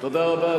תודה רבה.